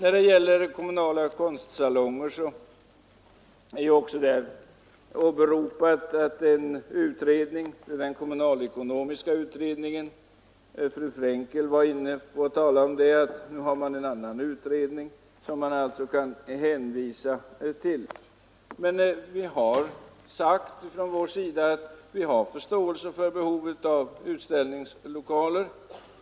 I fråga om kommunala konstsalonger har åberopats en utredning — den kommunalekonomiska utredningen. Fru Frankel talade om att man nu har en annan utredning som man alltså kan hänvisa till. Men vi har från utskottets sida sagt att vi har förståelse för behovet av utställningslokaler.